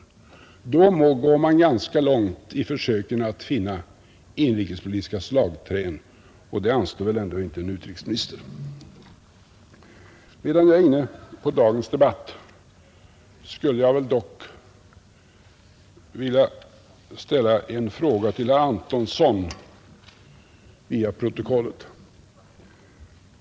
Då går man ganska långt i försöken att finna inrikespolitiska slagträn, och det anstår väl ändå inte en utrikesminister. Medan jag är inne på dagens debatt vill jag ställa en fråga till herr Antonsson via protokollet.